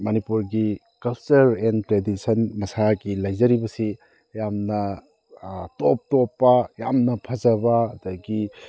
ꯃꯅꯤꯄꯨꯔꯒꯤ culture and tradition ꯃꯁꯥꯒꯤ ꯂꯩꯖꯔꯤꯕꯁꯤ ꯌꯥꯝꯅ ꯇꯣꯞ ꯇꯣꯞꯄ ꯌꯥꯝꯅ ꯐꯖꯕ ꯑꯗꯒꯤ